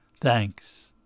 Thanks